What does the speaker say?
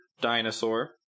dinosaur